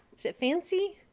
is it fancy?